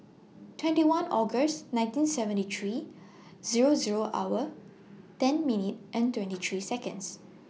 twenty one August nineteen seventy three Zero Zero hour ten minute and twenty three Seconds